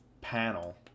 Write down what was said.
panel